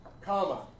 Comma